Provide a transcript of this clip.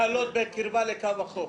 גם אם הם קיבלו הקלות בקרבה לקו החוף.